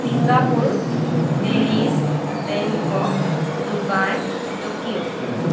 Singapore Paris Bangkok Dubai Tokyo